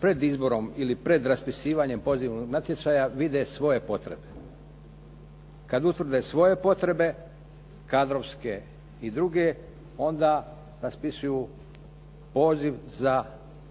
predizborom ili predraspisivanjem pozivnog natječaja vide potrebe. Kada utvrde svoje potrebe, kadrovske i druge onda raspisuju poziv za